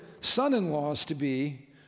son-in-laws-to-be